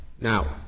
Now